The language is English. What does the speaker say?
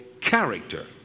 character